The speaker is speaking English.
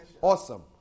Awesome